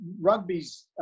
rugby's